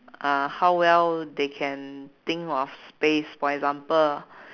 uh how well they can think of space for example